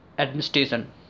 administration